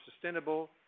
sustainable